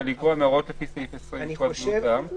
מהוראות לפי סעיף 20 לפקודת בריאות העם,